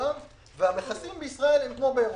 לעולם והמכסים בישראל הם כמו באירופה.